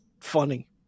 funny